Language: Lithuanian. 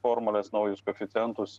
formules naujus koeficientus